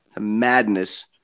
Madness